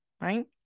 Right